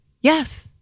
Yes